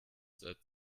seit